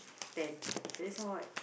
ten then sound what